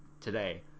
today